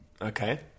okay